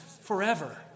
forever